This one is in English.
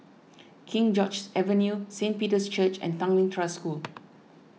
King George's Avenue Saint Peter's Church and Tanglin Trust School